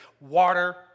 Water